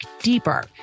deeper